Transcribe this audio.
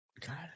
God